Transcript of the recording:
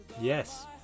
Yes